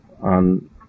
on